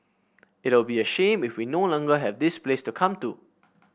it'll be a shame if we no longer have this place to come to